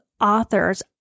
authors